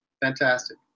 Fantastic